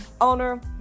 owner